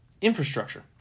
Infrastructure